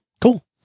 cool